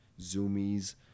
zoomies